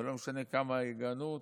ולא משנה כמה יגנו אותה,